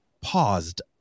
paused